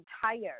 tired